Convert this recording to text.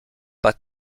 par